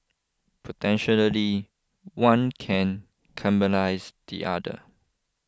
potentially one can cannibalise the other